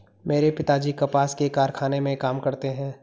मेरे पिताजी कपास के कारखाने में काम करते हैं